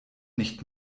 nicht